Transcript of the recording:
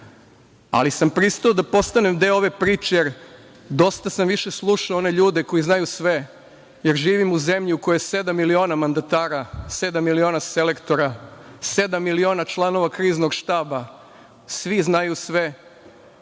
ali sam pristao da postanem deo ove priče, jer sam dosta slušao one ljude koji znaju sve, jer živim u zemlji u kojoj sedam miliona mandatara, sedam miliona selektora, sedam miliona članova Kriznog štaba svi znaju sve,